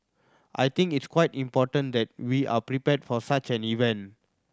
I think it's quite important that we are prepared for such an event